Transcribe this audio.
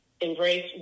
embrace